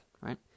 right